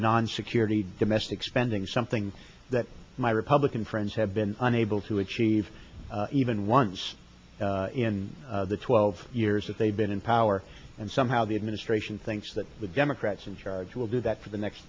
the non security domestic spending something that my republican friends have been unable to achieve even once in the twelve years that they've been in power and somehow the administration thinks that the democrats in charge will do that for the next